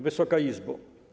Wysoka Izbo!